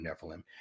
Nephilim